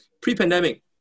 pre-pandemic